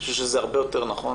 אני חושב שזה הרבה יותר נכון,